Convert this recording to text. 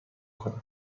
کنم